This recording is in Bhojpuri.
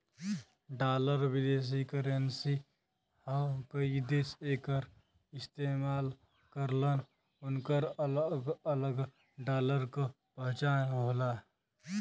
डॉलर विदेशी करेंसी हौ कई देश एकर इस्तेमाल करलन उनकर अलग अलग डॉलर क पहचान होला